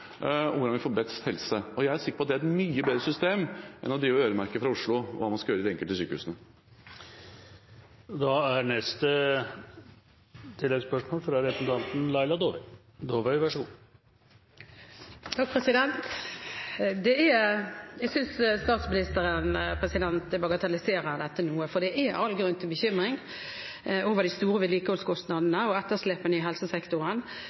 hvordan vi får best helse. Jeg er sikker på at det et mye bedre system enn at man øremerker fra Oslo hva man skal gjøre ved de enkelte sykehusene. Laila Dåvøy – til oppfølgingsspørsmål. Jeg synes statsministeren bagatelliserer dette noe. Det er all grunn til bekymring over de store vedlikeholdskostnadene og etterslepene i helsesektoren,